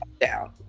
Down